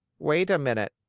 wait a minute.